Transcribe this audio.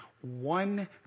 one